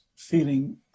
feeling